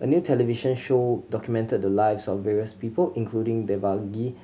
a new television show documented the lives of various people including Devagi